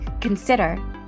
consider